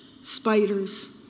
spiders